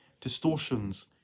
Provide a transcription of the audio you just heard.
Distortions